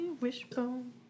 Wishbone